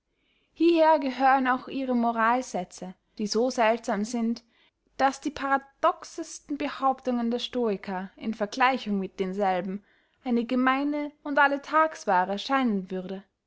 hieher gehören auch ihre moralsätze die so seltsam sind daß die paradoxesten behauptungen der stoiker in vergleichung mit denselben eine gemeine und alletagswaare scheinen würde